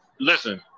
Listen